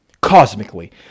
cosmically